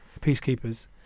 peacekeepers